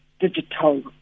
Digital